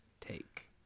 take